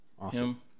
Awesome